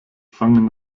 fangen